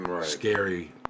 scary